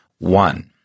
One